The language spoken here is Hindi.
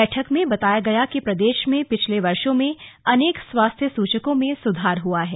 बैठक में बताया गया कि प्रदेश में पिछले वर्षों में अनेक स्वास्थ्य सूचकों में सुधार हुआ है